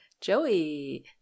Joey